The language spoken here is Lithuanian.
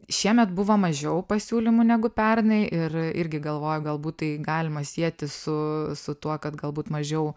šiemet buvo mažiau pasiūlymų negu pernai ir irgi galvoju galbūt tai galima sieti su su tuo kad galbūt mažiau